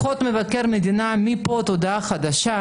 יש דוחות של מבקר המדינה מפה ועד להודעה חדשה,